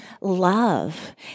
love